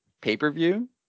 pay-per-view